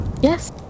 Yes